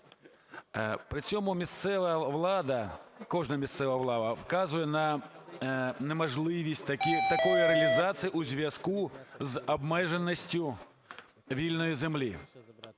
При цьому місцева влада, кожна місцева влада вказує на неможливість такої реалізації у зв'язку з обмеженістю вільної землі.